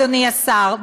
אדוני השר,